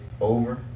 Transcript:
over